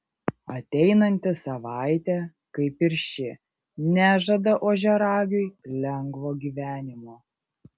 ateinanti savaitė kaip ir ši nežada ožiaragiui lengvo gyvenimo